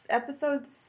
episodes